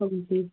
हांजी